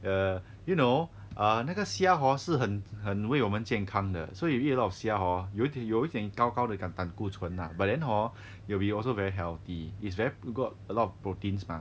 uh you know err 那个虾 hor 是很很为我们健康的 so you eat a lot of 虾 hor 有点有点高高的肝胆固醇 lah but then hor you will be also very healthy is very got a lot of proteins mah